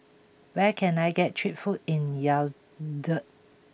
where can I get cheap food in Yaounde